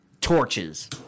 Torches